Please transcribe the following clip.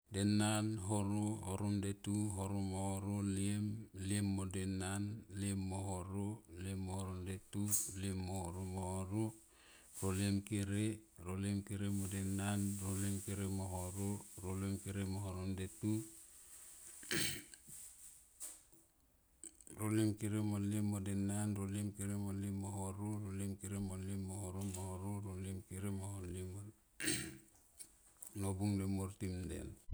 Denan, horo, hovo mde tu, horo mo horo, liem liem mo denan, liem mo horo liem mo horo mdetu, liem mo horo mo horo roliem kere. Roliem kere mo denan, roliem kere mo horo, roliem kere mo horom mdetu roliem kere mo liem mo denan, roliem kere mo tiem mo goro, roliem kere mo horo mo horo, roliem kere nobung demuor tem del.